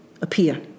appear